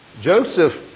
Joseph